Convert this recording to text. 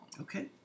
Okay